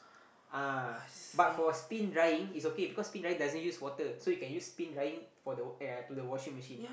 uh but for spin drying is okay because spin drying doesn't use water so you can use spin drying for the uh to the washing machine